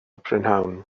prynhawn